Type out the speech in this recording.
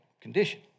condition